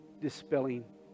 Dispelling